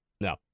no